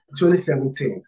2017